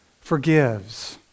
forgives